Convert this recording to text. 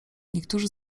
niektórzy